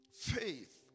Faith